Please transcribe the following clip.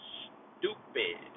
stupid